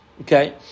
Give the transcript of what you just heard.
Okay